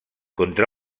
contra